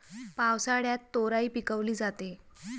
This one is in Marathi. पावसाळ्यात तोराई पिकवली जाते